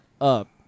up